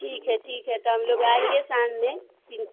ठीक है ठीक है तो हम लोग आएँगे शाम में फ़िर